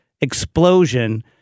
explosion